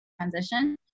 Transition